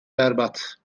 berbat